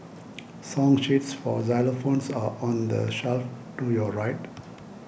song sheets for xylophones are on the shelf to your right